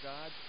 God